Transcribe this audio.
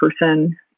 person